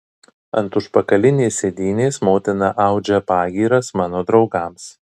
ant užpakalinės sėdynės motina audžia pagyras mano draugams